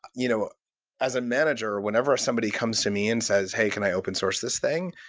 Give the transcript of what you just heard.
you know as a manager, whenever somebody comes to me and says, hey, can i open-source this thing?